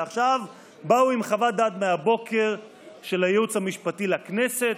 ועכשיו באו עם חוות דעת מהבוקר של הייעוץ המשפטי לכנסת,